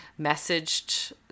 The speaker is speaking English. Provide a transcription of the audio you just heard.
messaged